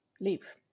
leave